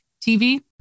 TV